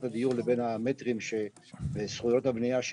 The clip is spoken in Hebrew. הדיור לבין המטרים שיש בזכויות הבניה,